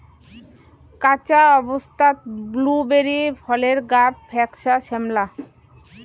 কাঁচা অবস্থাত ব্লুবেরি ফলের গাব ফ্যাকসা শ্যামলা